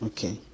Okay